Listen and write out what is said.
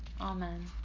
Amen